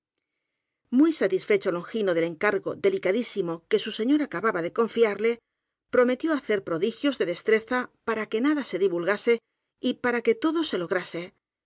muy satisfecho longino del encargo delicadísi mo que su señor acababa de confiarle prometió hacer prodigios de destreza para que nada se divul gase y para que todo se lograse